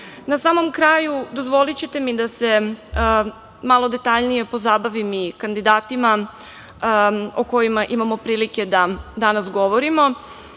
samom kraju dozvolićete mi da se malo detaljnije pozabavim i kandidatima o kojima imamo prilike da danas govorimo.